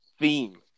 theme